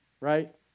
right